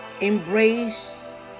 embrace